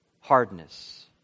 hardness